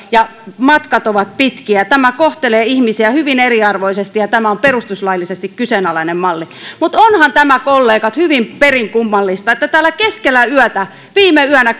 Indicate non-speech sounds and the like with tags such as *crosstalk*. *unintelligible* ja matkat ovat pitkiä tämä kohtelee ihmisiä hyvin eriarvoisesti ja tämä on perustuslaillisesti kyseenalainen malli mutta onhan tämä kollegat perin kummallista että täällä viime yönä *unintelligible*